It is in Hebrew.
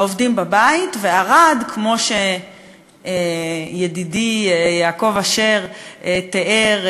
העובדים בבית, וערד, כמו שידידי יעקב אשר תיאר,